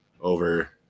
over